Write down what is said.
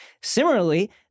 Similarly